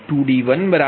35 એટલા માટેd10